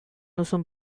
duzun